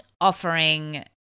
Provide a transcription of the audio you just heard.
offering